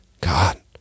God